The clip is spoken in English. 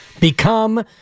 become